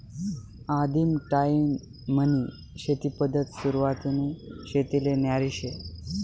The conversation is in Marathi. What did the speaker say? आदिम टायीमनी शेती पद्धत सुरवातनी शेतीले न्यारी शे